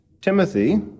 Timothy